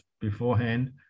beforehand